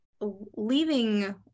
leaving